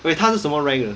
wait 他是什么 rank 的